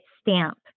stamp